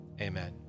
amen